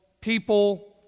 people